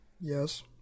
Yes